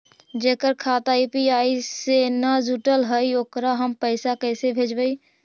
जेकर खाता यु.पी.आई से न जुटल हइ ओकरा हम पैसा कैसे भेजबइ?